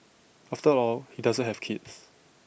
after all he doesn't have kids